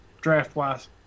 draft-wise